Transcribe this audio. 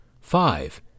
Five